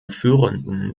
führenden